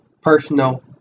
personal